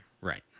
Right